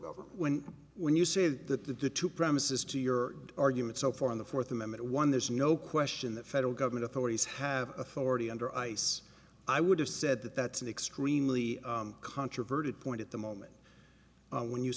government when when you say that the due to premises to your argument so far in the fourth amendment one there's no question the federal government authorities have authority under ice i would have said that that's an extremely controverted point at the moment when you